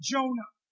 Jonah